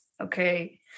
okay